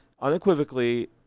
unequivocally